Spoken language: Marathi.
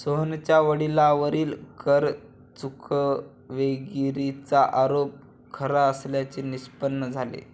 सोहनच्या वडिलांवरील कर चुकवेगिरीचा आरोप खरा असल्याचे निष्पन्न झाले